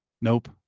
Nope